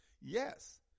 yes